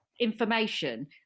information